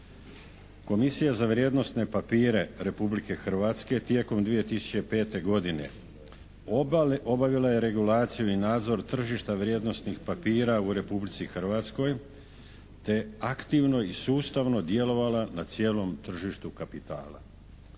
Komisija za vrijednosne papire Republike Hrvatske tijekom 2005. godine obavila je regulaciju i nadzor tržišta vrijednosnih papira u Republici Hrvatskoj te aktivno i sustavno djelovala na cijelom tržištu kapitala.